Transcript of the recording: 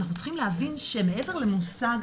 אנחנו צריכים להבין שמעבר למושג,